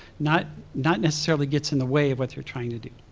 not not necessarily gets in the way of what they are trying to do.